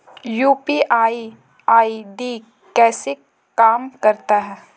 UPI ID कैसे काम करता है?